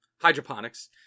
hydroponics